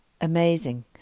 amazing